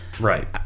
Right